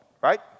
right